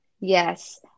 Yes